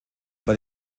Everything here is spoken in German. bei